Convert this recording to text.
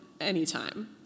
anytime